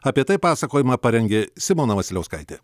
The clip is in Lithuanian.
apie tai pasakojimą parengė simona vasiliauskaitė